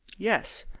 yes,